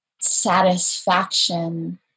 satisfaction